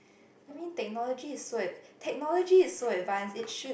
I mean technology is so ad~ technology is so advanced it should